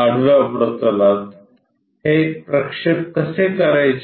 आडव्या प्रतलात हे प्रक्षेप कसे करायचे